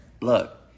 look